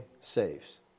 saves